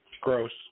Gross